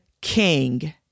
king